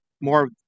more